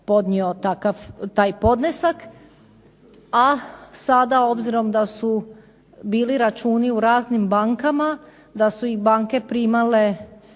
takav, taj podnesak, a sada obzirom da su bili računi u raznim bankama, da su ih banke primale,